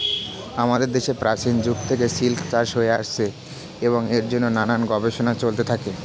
আমাদের দেশে প্রাচীন যুগ থেকে সিল্ক চাষ হয়ে আসছে এবং এর জন্যে নানান গবেষণা চলতে থাকে